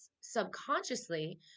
subconsciously